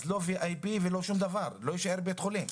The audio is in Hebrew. אז לא VIP ולא שום דבר, לא יישאר בית חולים.